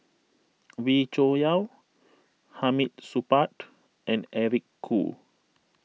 Wee Cho Yaw Hamid Supaat and Eric Khoo